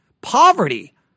poverty